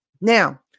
Now